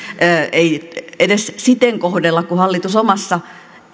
ei edes siten kohdella kuin hallitus omassa